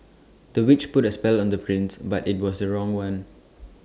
the witch put A spell on the prince but IT was the wrong one